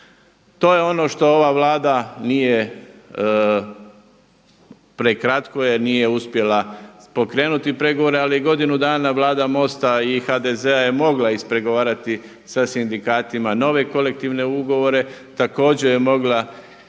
To je ono što ova Vlada nije, prekratko je jer nije uspjela pokrenuti pregovore ali godinu dana Vlada MOST-a i HDZ-a je mogla ispregovarati sa sindikatima nove kolektivne ugovore, također je mogla